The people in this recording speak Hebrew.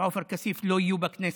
ושעופר כסיף לא יהיו בכנסת.